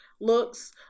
Looks